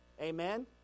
Amen